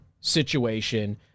situation